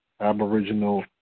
Aboriginal